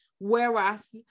Whereas